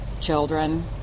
children